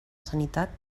sanitat